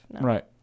Right